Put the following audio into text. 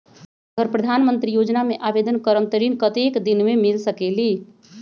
अगर प्रधानमंत्री योजना में आवेदन करम त ऋण कतेक दिन मे मिल सकेली?